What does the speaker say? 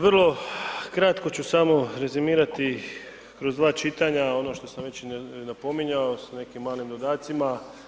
Vrlo kratko ću samo rezimirati kroz dva čitanja ono što sam već napominjao s nekim malim dodacima.